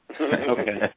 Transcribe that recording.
Okay